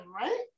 right